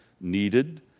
needed